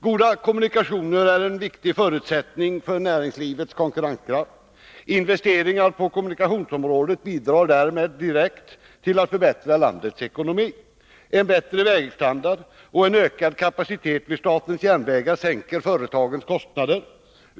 Goda kommunikationer är en viktig förutsättning för näringslivets konkurrenskraft. Investeringar på kommunikationsområdet bidrar därmed direkt till att förbättra landets ekonomi. En bättre vägstandard och en ökad kapacitet vid statens järnvägar sänker företagens kostnader.